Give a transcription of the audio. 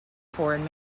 foreign